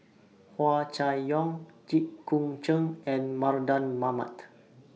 Hua Chai Yong Jit Koon Ch'ng and Mardan Mamat